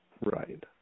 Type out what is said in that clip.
Right